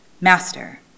Master